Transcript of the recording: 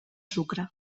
sucre